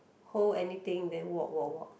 hold anything then walk walk walk